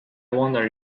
wonder